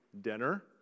dinner